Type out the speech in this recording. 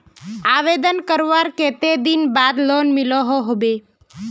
आवेदन करवार कते दिन बाद लोन मिलोहो होबे?